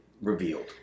revealed